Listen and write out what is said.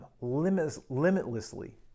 limitlessly